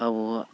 ᱟᱵᱚᱣᱟᱜ